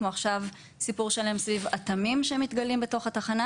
כמו שיש עכשיו סיפור שלם סביב אטמים שמתגלים בתוך התחנה.